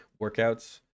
workouts